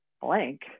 Blank